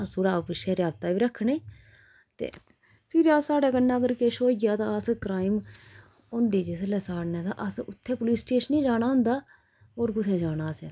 अस थोह्ड़ा आपुं बिच्चै राबता बी रक्खने ते फिर अस साढ़े कन्नै अगर किश होई गेआ तां अस क्राइम होंदे जिसलै साढ़े ना तां असें उत्थै पुलिस स्टेशन ही जाना होंदा होर कुत्थै जाना असें